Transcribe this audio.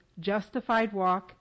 justifiedwalk